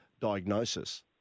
diagnosis